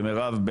ומירב,